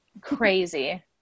crazy